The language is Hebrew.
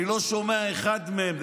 אני לא שומע אחד מהם.